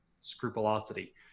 scrupulosity